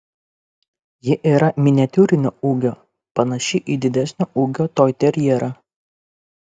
ji yra miniatiūrinio ūgio panaši į didesnio ūgio toiterjerą